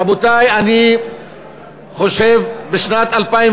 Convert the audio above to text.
רבותי, אני חושב שבשנת 2013